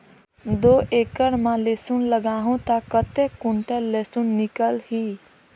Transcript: दो एकड़ मां लसुन लगाहूं ता कतेक कुंटल लसुन निकल ही?